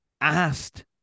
asked